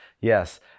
Yes